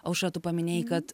aušra tu paminėjai kad